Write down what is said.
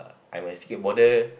I'm a skateboarder